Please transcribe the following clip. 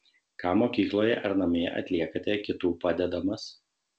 ką mokykloje ar namie atliekate kitų padedamas